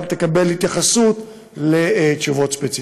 וגם תקבל התייחסות לתשובות ספציפיות.